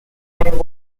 and